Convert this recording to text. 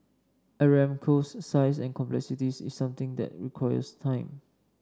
Aramco's size and complexities is something that requires time